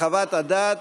חוות הדעת